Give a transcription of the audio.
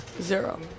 Zero